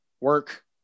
work